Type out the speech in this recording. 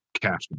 cash